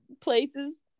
places